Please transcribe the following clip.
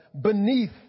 beneath